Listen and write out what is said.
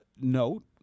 note